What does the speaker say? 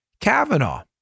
Kavanaugh